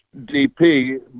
DP